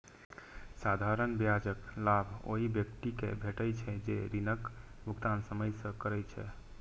साधारण ब्याजक लाभ ओइ व्यक्ति कें भेटै छै, जे ऋणक भुगतान समय सं करै छै